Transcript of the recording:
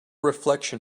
reflection